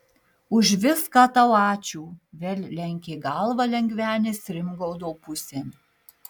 už viską tau ačiū vėl lenkė galvą lengvenis rimgaudo pusėn